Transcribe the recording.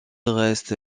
reste